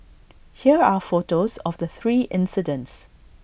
here are photos of the three incidents